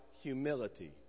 humility